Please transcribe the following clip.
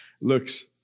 looks